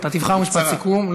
אתה תבחר משפט סיכום.